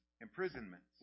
imprisonments